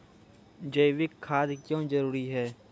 जैविक खाद क्यो जरूरी हैं?